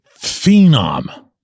phenom